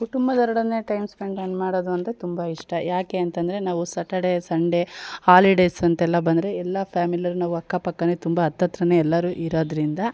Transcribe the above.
ಕುಟುಂಬದವರೊಡನೆ time ಸ್ಪೆಂಡನ್ ಮಾಡೋದು ಅಂದರೆ ತುಂಬ ಇಷ್ಟ ಯಾಕೆ ಅಂತಂದರೆ ನಾವು ಸಟರ್ಡೇ ಸಂಡೆ ಹಾಲಿಡೇಸ್ ಅಂತೆಲ್ಲ ಬಂದರೆ ಎಲ್ಲ ಫ್ಯಾಮಿಲಿಯೋರು ನಾವು ಅಕ್ಕ ಪಕ್ಕನೆ ತುಂಬ ಹತ್ತು ಹತ್ತಿರನೆ ಎಲ್ಲರು ಇರೋದ್ರಿಂದ